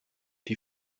die